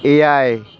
ᱮᱭᱟᱭ